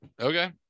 okay